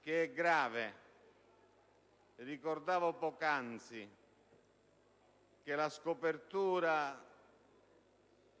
che è grave. Ricordavo poc'anzi che la scopertura